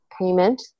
payment